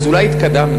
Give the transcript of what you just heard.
אז אולי התקדמנו.